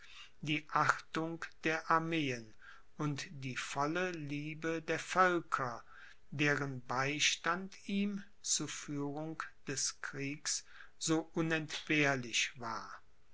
die achtung der armeen und die volle liebe der völker deren beistand ihm zu führung des kriegs so unentbehrlich war